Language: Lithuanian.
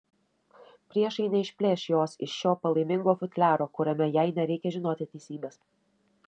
priešai neišplėš jos iš šio palaimingo futliaro kuriame jai nereikia žinoti teisybės